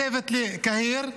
צוות לקהיר,